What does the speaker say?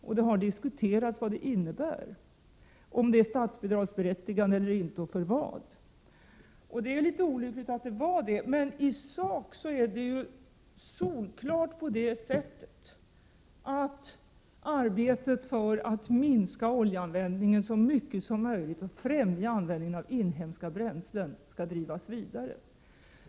Man har diskuterat vad det innebär, vad som är statsbidragsberättigat och inte. Detta är litet olyckligt, men i sak är det solklart så långt, att arbetet för att minska oljeanvändningen och så mycket som möjligt främja användning av inhemska bränslen skall drivas vidare.